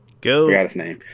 Go